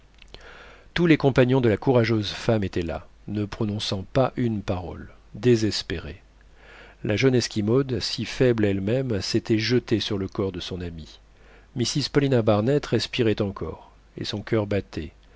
tous les compagnons de la courageuse femme étaient là ne prononçant pas une parole désespérés la jeune esquimaude si faible elle-même s'était jetée sur le corps de son amie mrs paulina barnett respirait encore et son coeur battait